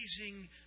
amazing